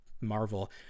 Marvel